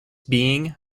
being